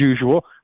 usual